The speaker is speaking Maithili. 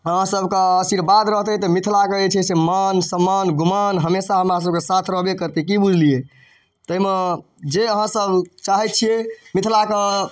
अहाँसबके आशीर्वाद रहतै तऽ मिथिलाके जे छै से मान सम्मान गुमान हमेशा हमरासबके साथ रहबे करतै कि बुझलिए ताहिमे जे अहाँसब चाहै छिए मिथिलाके